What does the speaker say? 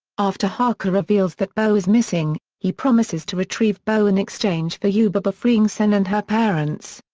after haku reveals that boh is missing, he promises to retrieve boh in exchange for yubaba freeing sen and her parents.